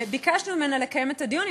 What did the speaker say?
וביקשנו ממנה לקיים את הדיון.